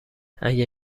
اگه